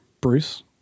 Bruce